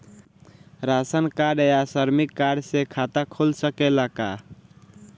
Ration card या श्रमिक card से खाता खुल सकेला का?